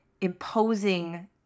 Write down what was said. imposing